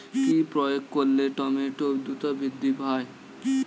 কি প্রয়োগ করলে টমেটো দ্রুত বৃদ্ধি পায়?